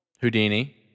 Houdini